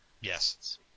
Yes